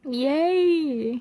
!yay!